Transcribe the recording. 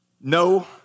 No